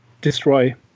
destroy